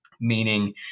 meaning